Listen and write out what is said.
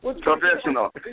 Professional